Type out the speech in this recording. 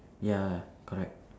ya correct